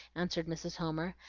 answered mrs. homer,